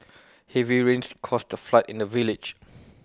heavy rains caused A flood in the village